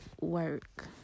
work